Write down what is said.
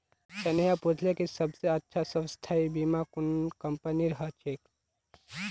स्नेहा पूछले कि सबस अच्छा स्वास्थ्य बीमा कुन कंपनीर ह छेक